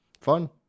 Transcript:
fun